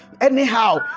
Anyhow